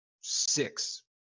six